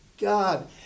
God